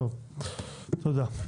תודה.